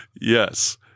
Yes